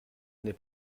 n’est